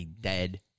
dead